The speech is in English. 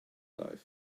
life